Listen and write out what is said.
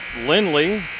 Lindley